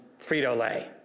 Frito-Lay